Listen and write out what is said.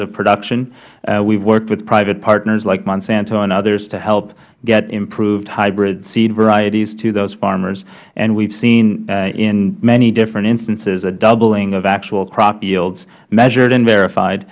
of production we have worked with private partners like monsanto and others to help get improved hybrid seed varieties to those farmers and we have seen in many different instances a doubling of actual crop yields measured and